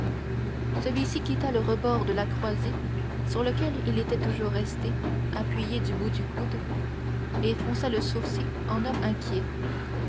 celui-ci quitta le rebord de la croisée sur lequel il était toujours resté appuyé du bout du coude et fronça le sourcil en homme inquiet